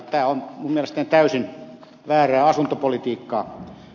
tämä on minun mielestäni täysin väärää asuntopolitiikkaa